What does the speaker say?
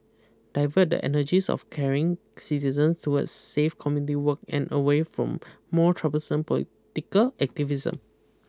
divert the energies of caring citizens towards safe community work and away from more troublesome political activism